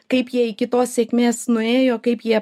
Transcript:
kaip jie iki tos sėkmės nuėjo kaip jie